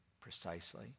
precisely